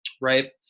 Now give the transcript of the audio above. right